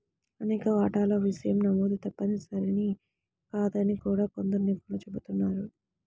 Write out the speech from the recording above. అనేక వాటాల విషయం నమోదు తప్పనిసరి కాదని కూడా కొందరు నిపుణులు చెబుతున్నారు